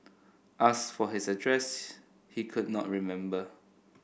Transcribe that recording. asked for his address he could not remember